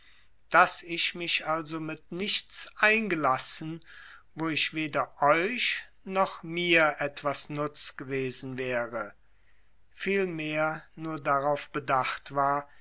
daß ich mich also mit nichts eingelassen wo ich weder euch noch mir etwas nutz gewesen wäre vielmehr nur darauf bedacht war